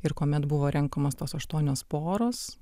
ir kuomet buvo renkamos tos aštuonios poros